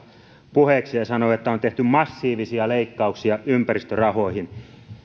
puheeksi ja sanoi että on tehty massiivisia leikkauksia ympäristörahoihin